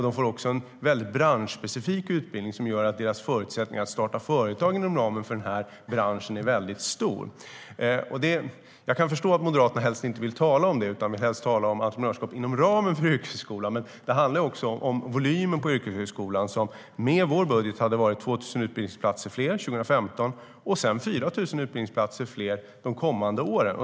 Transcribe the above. De får en branschspecifik utbildning som gör att deras förutsättning att starta företag inom branschen är stor. Jag förstår att Moderaterna inte vill tala om det utan helst vill tala om entreprenörskap inom ramen för yrkeshögskolan, men det handlar också om volymen på yrkeshögskolan som med vår budget hade varit 2 000 utbildningsplatser fler 2015 och sedan 4 000 utbildningsplatser fler de kommande åren.